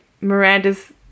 Miranda's